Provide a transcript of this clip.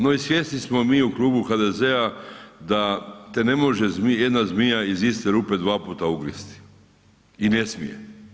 No i svjesni smo mi u klubu HDZ-a da te ne može jedna zmija iz iste rupe dva puta ugristi i ne smije.